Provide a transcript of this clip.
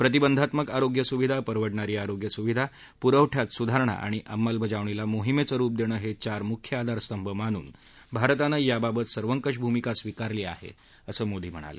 प्रतिबंधात्मक आरोग्य सुविधा परवडणारी आरोग्य सुविधा पुरवठयात सुधारणा आणि अंमलबजावणीला मोहीमेचं रूप देणं हे चार मुख्य आधारस्तंभ मानून भारतानं याबाबत सर्वंकष भूमिका स्वीकारली आहे असं मोदी म्हणाले